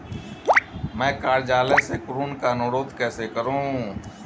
मैं कार्यालय से ऋण का अनुरोध कैसे करूँ?